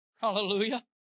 Hallelujah